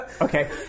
Okay